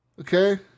Okay